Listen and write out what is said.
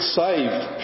saved